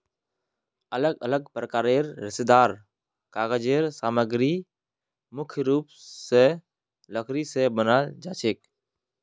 अलग अलग प्रकारेर रेशेदार कागज़ेर सामग्री मुख्य रूप स लकड़ी स बनाल जाछेक